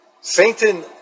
Satan